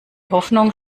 hoffnung